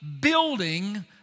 building